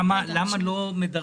למה לא מדרגים?